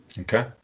Okay